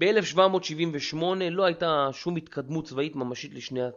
ב-1778 לא הייתה שום התקדמות צבאית ממשית לשני ה...